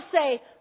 say